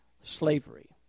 slavery